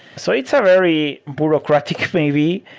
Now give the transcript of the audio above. so it's a very bureaucratic maybe,